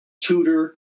tutor